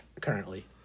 currently